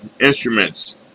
instruments